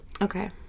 Okay